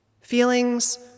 Feelings